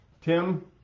Tim